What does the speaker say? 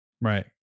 Right